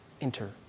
enter